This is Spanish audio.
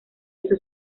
hizo